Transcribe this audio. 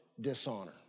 dishonor